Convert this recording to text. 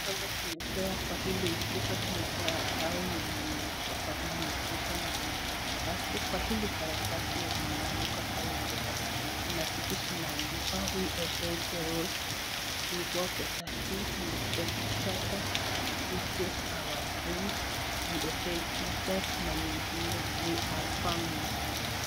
Hapa tumepewa kwa hili ukuta tumepewa bao yenye imewekwa kwa hili ukuta na kuna karatasi. Kwa hili karatasi yenye imeanikwa kwa hii ukuta kuna vitu zimeandikwa, we obey the rules, we work as a team, we respect each other, we chase our dreams, we obey teachers na mengine we are family .